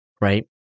right